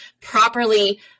properly